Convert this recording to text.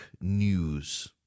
News